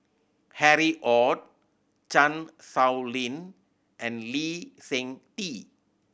Harry Ord Chan Sow Lin and Lee Seng Tee